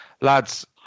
Lads